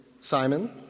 Simon